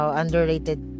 underrated